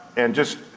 and just,